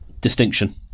distinction